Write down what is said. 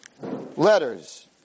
letters